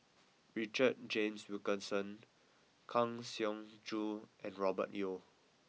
Richard James Wilkinson Kang Siong Joo and Robert Yeo